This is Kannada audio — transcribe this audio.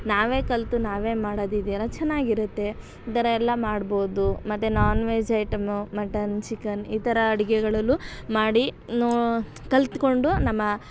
ನಾವೇ ಕಲಿತು ನಾವೇ ಮಾಡೋದು ಇದೆಯಲ್ಲ ಚೆನ್ನಾಗಿರುತ್ತೆ ಈ ಥರ ಎಲ್ಲ ಮಾಡ್ಬೋದು ಮತ್ತೆ non veg item mutton chicken ಈ ಥರ ಅಡುಗೆಗಳಲ್ಲು ಮಾಡಿ ನೋ ಕಲಿತ್ಕೊಂಡು ನಮ್ಮ